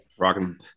rocking